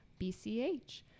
BCH